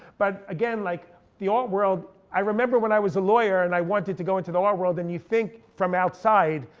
but again, like the art world, i remember when i was a lawyer and i wanted to go into the art world. and you think from outside,